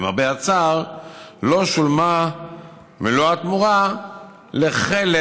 למרבה הצער לא שולמה מלוא התמורה לחלק